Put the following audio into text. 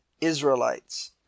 Israelites